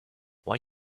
why